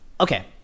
Okay